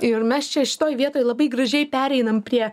ir mes čia šitoj vietoj labai gražiai pereinam prie